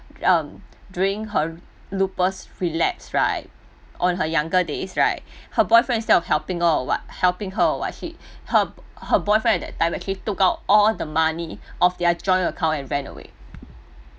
um during her lupus relapse right on her younger days right her boyfriend instead of helping her or what helping her or what she her her boyfriend at that time actually took out all the money of their joint account and ran away